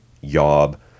Yob